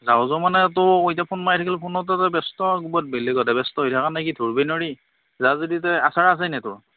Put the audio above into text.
যাও যাও মানে তোকো এতিয়া ফোন মাৰি থাকলি ফোনতে তই ব্যস্ত ক'ৰবাত বেলেগতহে ব্যস্ত হৈ থাকা নে কি ধৰিবই নোৱাৰি যাৱ যদি তোৰ